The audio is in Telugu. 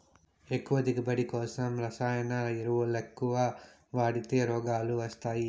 ఎక్కువ దిగువబడి కోసం రసాయన ఎరువులెక్కవ వాడితే రోగాలు వస్తయ్యి